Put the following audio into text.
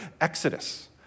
Exodus